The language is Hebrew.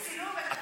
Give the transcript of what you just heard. אורלי,